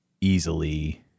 easily